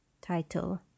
Title